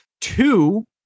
Two